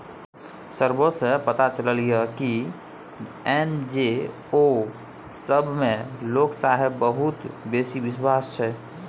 survey सँ पता चलले ये की जे एन.जी.ओ सब मे लोक सबहक बहुत बेसी बिश्वास छै